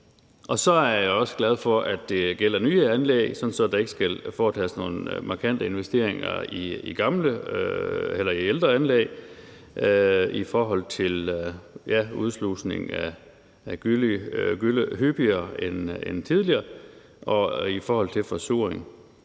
og så er jeg også glad for, at det gælder nye anlæg, så der ikke skal foretages nogen markante investeringer i ældre anlæg i forhold til udslusning af gylle hyppigere end tidligere og i forhold til forsuring.